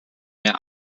mehr